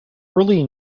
early